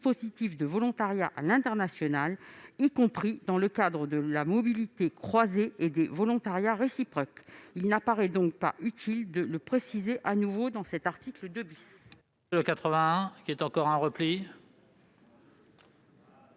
dispositifs de volontariat à l'international, y compris dans le cadre de la mobilité croisée et des volontariats réciproques ». Il n'apparaît donc pas utile de le préciser à nouveau dans cet article 2 .